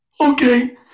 okay